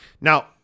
now